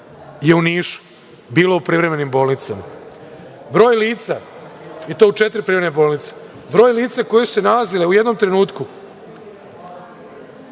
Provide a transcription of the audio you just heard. je u Nišu bilo u privremenim bolnicama, broj lica i to u četiri privremene bolnice, broj lica koja su se nalazila u jednom trenutku